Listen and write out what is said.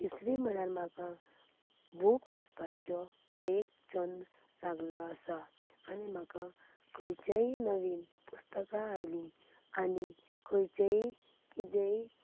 तिसरीं म्हळ्यार म्हाका बूक वाचपाच्यो हो एक छंद लागलेलो आसा आनी म्हाका खंयचेय नवीन पुस्तकां आयली आनी खंयचेय किदेय